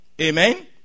amen